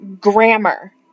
Grammar